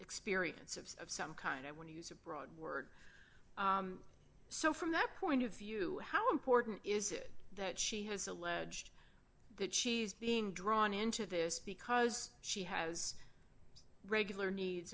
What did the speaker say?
experience of some kind and when you use a broad word so from that point of view how important is it that she has alleged that she's being drawn into this because she has regular needs